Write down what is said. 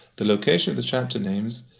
the location of the chapter names.